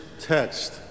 text